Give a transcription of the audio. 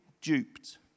duped